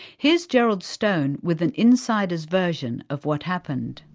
here's gerald stone with an insider's version of what happened.